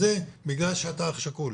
זה בגלל שאתה אח שכול'.